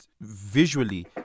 visually